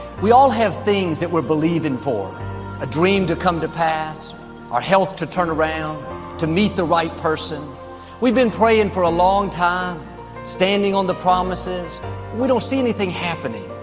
we all have things that we're believing for a dream to come to pass our health to turn around to meet the right person we've been praying for a long time standing on the promises we don't see anything happening.